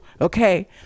okay